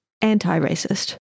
anti-racist